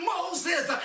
Moses